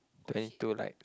twenty two likes